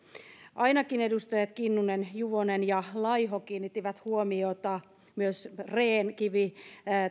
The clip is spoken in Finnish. ainakin edustajat kinnunen juvonen ja laiho kiinnittivät huomiota myös rehn kivi